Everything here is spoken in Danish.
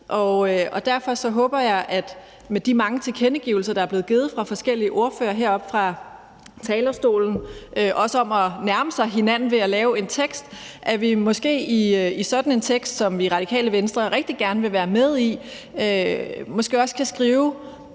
Derfor håber jeg, med de mange tilkendegivelser, der er blevet givet af forskellige ordførere heroppe fra talerstolen, også om at nærme sig hinanden ved at lave en tekst, at vi i sådan en tekst, som vi i Radikale Venstre rigtig gerne vil være med til, måske også kan skrive,